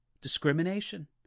discrimination